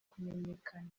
kumenyekana